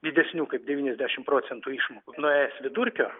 didesnių kaip devyniasdešimt procentų išmokų nuo es vidurkio